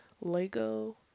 Lego